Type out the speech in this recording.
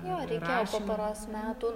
jo reikėjo po poros metų